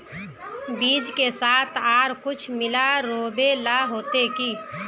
बीज के साथ आर कुछ मिला रोहबे ला होते की?